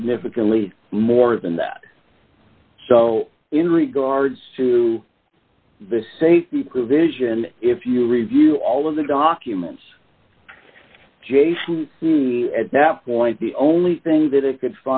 significantly more than that so in regards to the safety provision if you review all of the documents jason at that point the only thing that i could